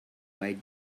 white